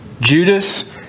Judas